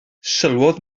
sylwodd